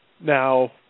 Now